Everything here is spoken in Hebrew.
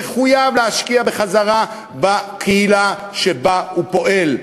מחויב להשקיע בחזרה בקהילה שבה הוא פועל,